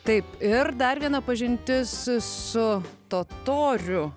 taip ir dar viena pažintis su totoriu